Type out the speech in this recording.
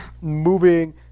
moving